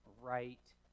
right